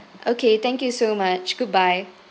okay thank you so much goodbye